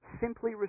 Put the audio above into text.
Simply